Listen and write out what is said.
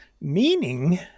Meaning